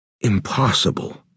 Impossible